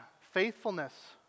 faithfulness